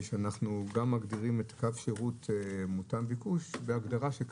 לנסות להגיע להסדרים בנוגע להנגשה ואני